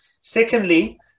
Secondly